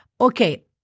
Okay